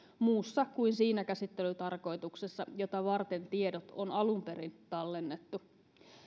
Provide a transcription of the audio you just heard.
muussa kuin siinä käsittelytarkoituksessa jota varten tiedot on alun perin tallennettu